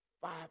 five